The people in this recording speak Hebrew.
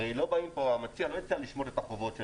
הרי המציע לא הציע לשמוט את החובות,